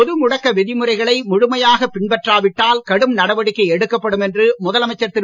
பொது முடக்க விதிமுறைகளை முழுமையாகப் பின்பற்றா விட்டால் கடும் நடவடிக்கை எடுக்கப்படும் என்று முதலமைச்சர் திரு